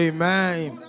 Amen